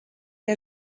der